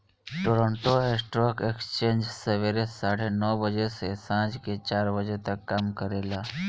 Toronto stock exchange सबेरे साढ़े नौ बजे से सांझ के चार बजे तक काम करेला